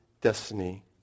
destiny